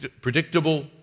predictable